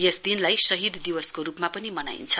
यस दिनलाई शहीद दिवसको रुपमा पनि मनाइन्छ